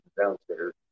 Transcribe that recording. downstairs